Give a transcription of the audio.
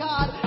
God